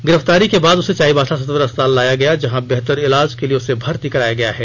गिरफ्तारी के बाद उसे चाईबासा सदर अस्पताल लाया गया जहां बेहतर इलाज के लिए उसे भर्ती कराया गया है